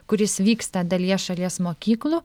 kuris vyksta dalyje šalies mokyklų